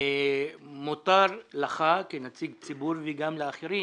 ומותר לך כנציג ציבור, וגם לאחרים,